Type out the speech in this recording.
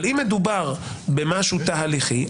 אבל אם מדובר במשהו תהליכי,